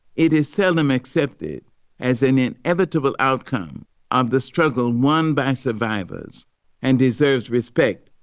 it is seldom accepted as an inevitable outcome of the struggle won by survivors and deserves respect,